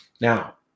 Now